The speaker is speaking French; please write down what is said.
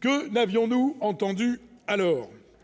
que n'avions-nous entendu alors